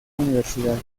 universidad